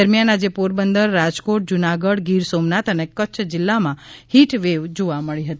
દરમિયાન આજે પોરબંદર રાજકોટ જુનાગઢ ગીર સોમનાથ અને કચ્છ જીલ્લામાં હીટ વેવ જોવા મળી હતી